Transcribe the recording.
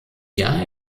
jahr